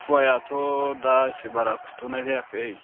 खुवायाथ' दा इसे बारा खुथ'नाय जायाखै